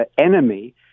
enemy